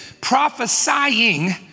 Prophesying